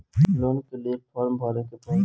Loan के लिए form भरे के पड़ी?